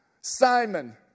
Simon